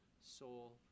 soul